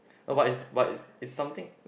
but is but is it's something